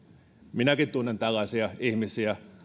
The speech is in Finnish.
minäkin tunnen tällaisia ihmisiä